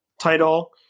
title